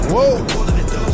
Whoa